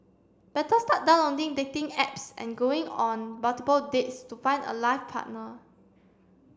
better start downloading dating apps and going on multiple dates to find a life partner